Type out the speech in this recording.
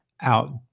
out